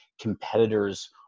competitors